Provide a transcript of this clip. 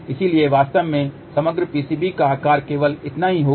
इसलिए वास्तव में समग्र PCB का आकार केवल इतना ही होगा